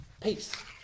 Peace